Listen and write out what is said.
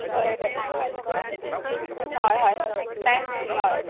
बरें बरें सांग हय हय नॅक्स्ट टायम हय